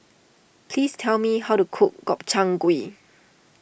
please tell me how to cook Gobchang Gui